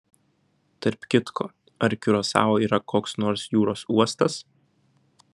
tarp kitko ar kiurasao yra koks nors jūros uostas